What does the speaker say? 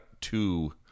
two